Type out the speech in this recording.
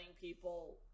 people